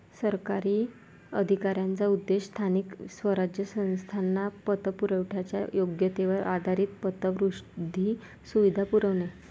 सरकारी अधिकाऱ्यांचा उद्देश स्थानिक स्वराज्य संस्थांना पतपुरवठ्याच्या योग्यतेवर आधारित पतवृद्धी सुविधा पुरवणे